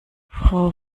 frau